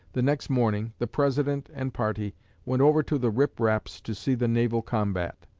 the next morning, the president and party went over to the rip raps to see the naval combat.